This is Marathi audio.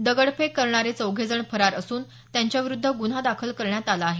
दगडफेक करणारे चौघेजण फरार असून त्यांच्याविरुद्ध गुन्हा दाखल करण्यात आला आहे